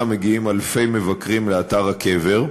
מגיעים אלפי מבקרים לאתר הקבר.